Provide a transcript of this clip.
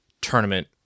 tournament